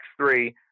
X3